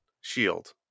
shield